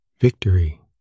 victory